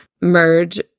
merge